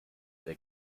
der